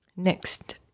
Next